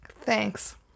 Thanks